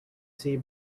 sea